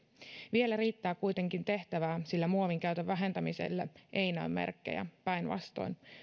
vielä riittää kuitenkin tehtävää sillä muovinkäytön vähentämiselle ei näy merkkejä päinvastoin